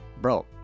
bro